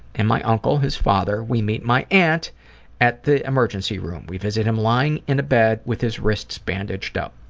and my uncle, his father, we meet my aunt at the emergency room. we visit him lying in a bed with his wrists bandaged up.